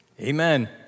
Amen